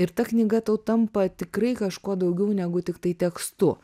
ir ta knyga tau tampa tikrai kažkuo daugiau negu tiktai tekstu